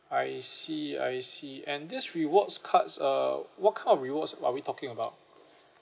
I see I see and this rewards cards uh what kind of rewards while we talking about